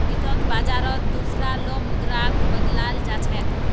वित्त बाजारत दुसरा लो मुद्राक बदलाल जा छेक